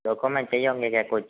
document चाहिए होंगे क्या कुछ